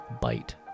bite